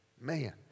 Man